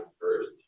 first